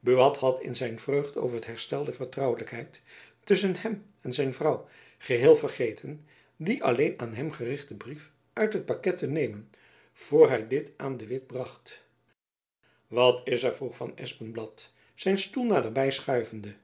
buat had in zijn vreugd over het herstel der vertrouwelijkheid tusschen hem en zijn vrouw geheel vergeten dien alleen aan hem gerichten brief uit het pakket te nemen voor hy dit aan de witt bracht jacob van lennep elizabeth musch wat is er vroeg van espenblad zijn stoel naderby schuivende